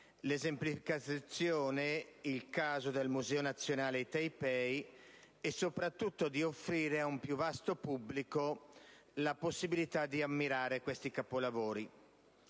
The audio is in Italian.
l'esemplificazione - il caso del Museo nazionale di Taipei - e, soprattutto, l'offerta ad un più vasto pubblico della possibilità di ammirare questi capolavori.